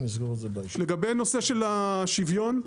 לגבי נושא של השוויון.